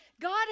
God